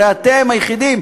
הרי אתם היחידים,